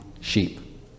sheep